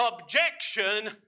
objection